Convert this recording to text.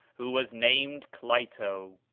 who was named cleito.